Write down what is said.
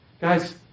guys